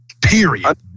Period